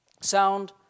sound